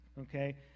okay